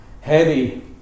heavy